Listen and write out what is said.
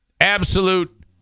Absolute